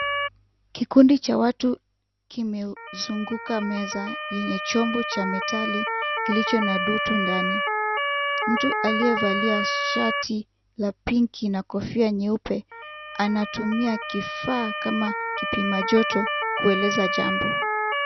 Kikundi cha watu kimezunguka meza yenye chombo cha metali kilicho na dutu ndani. Mtu aliyevalia shati la pinki na kofia nyeupe anatumia kifaa kama kipima joto kueleza jambo.